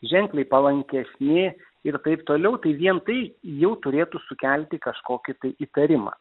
ženkliai palankesni ir taip toliau tai vien tai jau turėtų sukelti kažkokį tai įtarimą